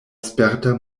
sperta